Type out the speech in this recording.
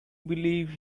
believe